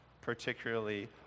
particularly